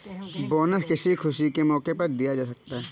bonus किसी खुशी के मौके पर दिया जा सकता है